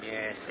Yes